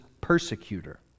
persecutor